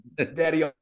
daddy